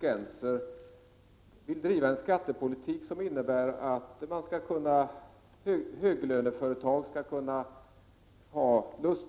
Herr talman! Jag konstaterar att Margit Gennser vill skattesubventionera höglöneföretag som lägger ut medel